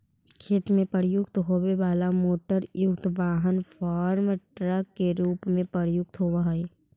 खेत में प्रयुक्त होवे वाला मोटरयुक्त वाहन फार्म ट्रक के रूप में प्रयुक्त होवऽ हई